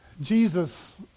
Jesus